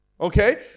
Okay